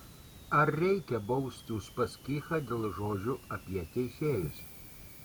ar reikia bausti uspaskichą dėl žodžių apie teisėjus